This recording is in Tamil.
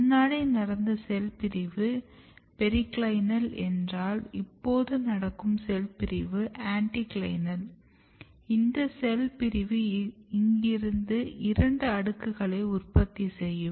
முன்னாடி நடந்த செல் பிரிவு பெரிக்ளைனல் என்றல் இப்போது நடக்கும் செல் பிரிவு ஆன்டிக்ளைனல் இந்த செல் பிரிவு இங்கிருந்து இரண்டு அடுக்குகளை உற்பத்தி செய்யும்